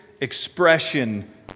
expression